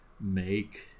make